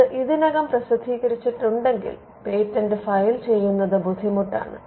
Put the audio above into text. അത് ഇതിനകം പ്രസിദ്ധീകരിച്ചിട്ടുണ്ടെങ്കിൽ പേറ്റന്റ് ഫയൽ ചെയ്യുന്നത് ബുദ്ധിമുട്ടാണ്